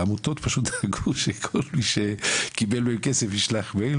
העמותות פשוט חיכו שכל מי שקיבל מהן כסף ישלח מייל,